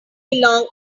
belong